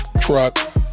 truck